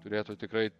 turėtų tikrai